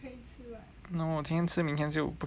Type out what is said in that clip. no 我今天吃明天就不可以了